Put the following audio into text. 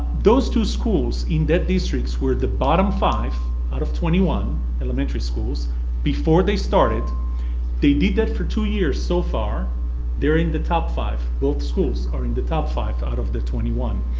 those two schools in that district were the bottom five out of twenty one elementary schools before they started they did that for two years so far they're in the top five. both schools are in the top five out of the twenty one.